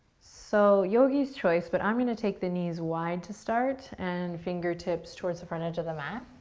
so yogi's choice, but i'm gonna take the knees wide to start, and fingertips towards the front edge of the mat.